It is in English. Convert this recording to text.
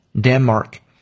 Denmark